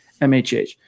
MHH